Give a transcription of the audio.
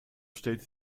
stellte